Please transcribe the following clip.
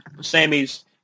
Sammy's